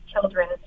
children